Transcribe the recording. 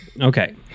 Okay